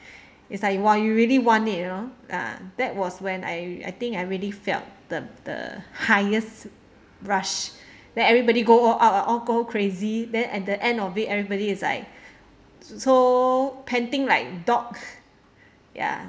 it's like !wah! you really want it you know uh that was when I I think I really felt the the highest rush then everybody go go out all go crazy then at the end of it everybody is like so panting like dog ya